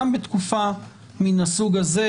גם בתקופה מהסוג הזה,